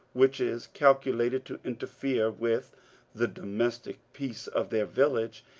which is cakulated to interfere with the domestic peace of their village,